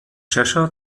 cheshire